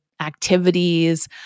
activities